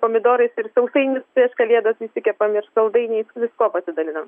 pomidorais ir sausainius prieš kalėdas išsikepam ir saldainiais viskuo pasidalinam